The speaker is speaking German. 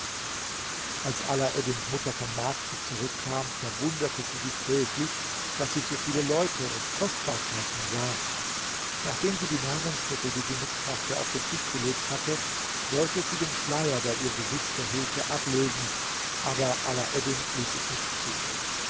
als alaeddins mutter vom markte zurückkam verwunderte sie sich höchlich da sie so viele leute und kostbarkeiten sah nachdem sie die nahrungsmittel die sie mitbrachte auf den tisch gelegt hatte wollte sie den schleier der ihr gesicht verhüllte ablegen aber alaeddin ließ es nicht zu